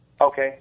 Okay